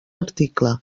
article